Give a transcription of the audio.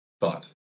thought